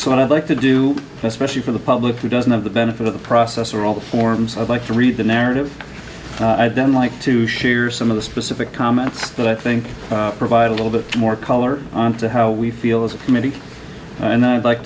so i'd like to do especially for the public who doesn't have the benefit of the process or all the forms of like to read the narrative and then like to share some of the specific comments that i think provide a little bit more color on to how we feel as a committee and i'd like